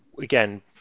again